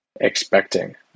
expecting